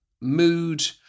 mood